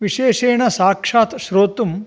विशेषेण साक्षात् श्रोतुं